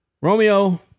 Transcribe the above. Romeo